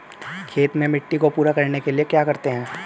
खेत में मिट्टी को पूरा करने के लिए क्या करते हैं?